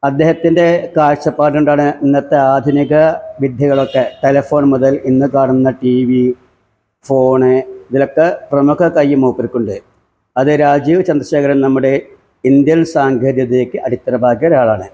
അദ്ദേഹത്തിന്റെ കാഴ്ചപ്പാട് കൊണ്ടാണ് ഇന്നത്തെ ആധുനിക വിദ്യകളൊക്കെ ടെലഫോണ് മുതല് ഇന്ന് കാണുന്ന ടിവി ഫോണ് ഇതിലൊക്കെ പ്രമുഖ കൈ മൂപ്പര്ക്ക് ഉണ്ട് അത് രാജീവ് ചന്ദ്രശേഖരന് നമ്മുടെ ഇന്ത്യന് സാങ്കേതിക വിദ്യക്ക് അടിത്തറ പാകിയ ഒരാളാണ്